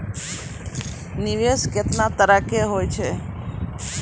निवेश केतना तरह के होय छै?